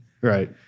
Right